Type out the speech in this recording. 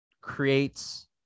creates